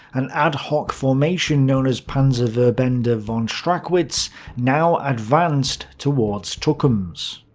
an ad-hoc formation known as panzerverbande ah von strachwitz now advanced towards tukums.